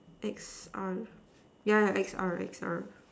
X R yeah yeah X R X R